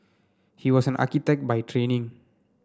he was an architect by training